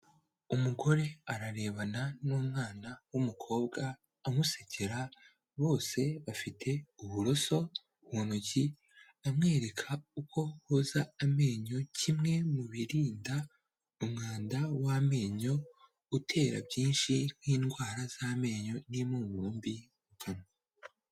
Umugore ararebana n'umwana w'umukobwa amusekera, bose bafite uburoso mu ntoki amwereka uko boza amenyo, kimwe mu birinda umwanda w'amenyo utera byinshi nk'indwara z'amenyo n'impumuro mbi mu kanwa.